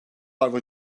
avro